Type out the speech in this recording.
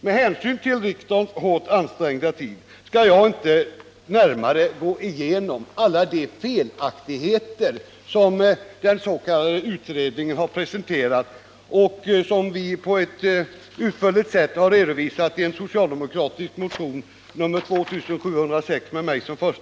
Med hänsyn till riksdagens hårt ansträngda tid skall jag inte närmare gå igenom alla de felaktigheter som den s.k. utredningen har presenterat och som vi utförligt har redovisat i den socialdemokratiska motionen 2706 med mitt namn först.